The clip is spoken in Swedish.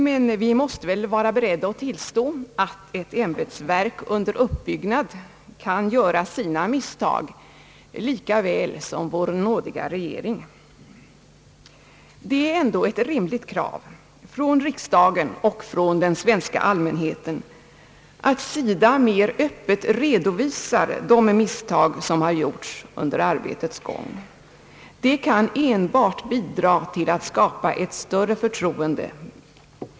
Men vi måste väl vara beredda att tillstå att ett ämbetsverk under uppbyggnad kan göra sina misstag lika väl som vår nådiga regering. Det är ändå ett rimligt krav från riksdagen och från den svenska allmänheten att SIDA mer öppet redovisar de misstag som gjorts under arbetets gång. Det kan enbart bidra till att skapa ett större förtroende.